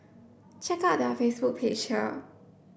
check out their Facebook page here